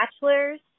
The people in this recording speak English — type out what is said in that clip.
bachelors